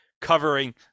covering